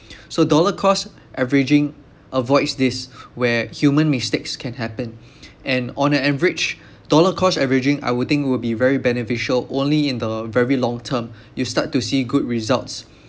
so dollar cost averaging avoids this where human mistakes can happen and on an average dollar cost averaging I would think would be very beneficial only in the very long term you start to see good results